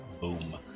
Boom